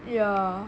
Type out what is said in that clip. yeah